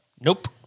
Nope